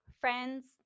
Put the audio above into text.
friends